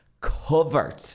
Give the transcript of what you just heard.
covered